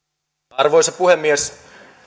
arvoisa puhemies